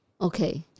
okay